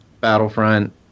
Battlefront